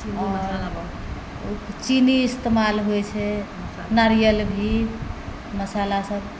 आओर चीनी इस्तेमाल होइ छै नारियल भी मसाला सब